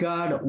God